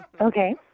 Okay